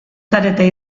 zarete